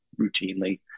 routinely